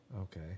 okay